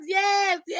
yes